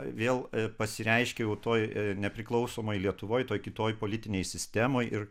vėl pasireiškė jau toj nepriklausomoj lietuvoj toj kitoj politinėj sistemoj ir